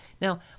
now